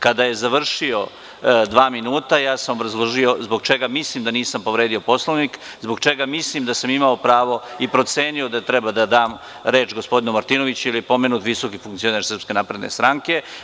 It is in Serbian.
Kada je završio dva minuta, obrazložio sam zbog čega mislim da nisam povredio Poslovnik, zbog čega mislim da sam imao pravo i procenio da treba da dam reč gospodinu Martinoviću, jer je pomenut visoki funkcioner SNS.